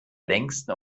längsten